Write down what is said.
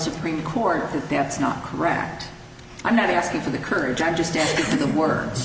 supreme court that that's not correct i'm not asking for the courage i'm just at the bord